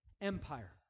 empire